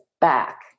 back